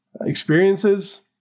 experiences